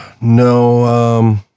No